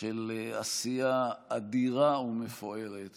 של עשייה אדירה ומפוארת